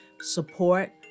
support